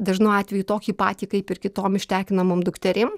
dažnu atveju tokį patį kaip ir kitom ištekinamom dukterėm